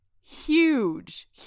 Huge